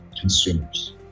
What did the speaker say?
consumers